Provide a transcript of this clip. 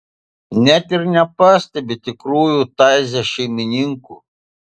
net ir nepastebi tikrųjų taize šeimininkų